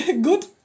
good